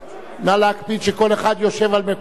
נא להקפיד שכל אחד יושב במקום מושבו,